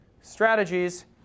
strategies